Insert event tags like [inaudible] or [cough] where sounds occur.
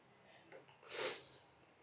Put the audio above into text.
[noise]